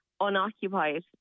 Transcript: unoccupied